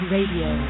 Radio